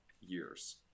years